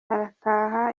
arakara